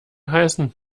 heißen